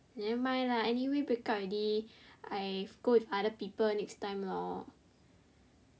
never mind lah anyway break up already I go with other people next time lor